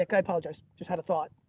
like i apologize. just had a thought.